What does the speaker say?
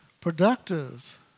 productive